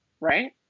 right